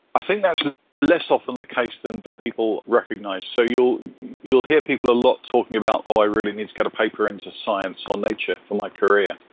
i think that's less often the case than than people recognise. so you'll you'll hear people a lot talking about oh i really need to get a paper into science or nature for my career,